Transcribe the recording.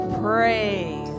praise